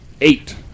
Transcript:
Eight